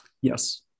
Yes